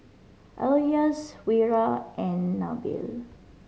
Elyas Wira and Nabil